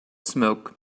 smoke